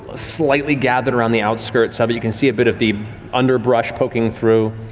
ah slightly gathered around the outskirts of it. you can see a bit of the underbrush poking through.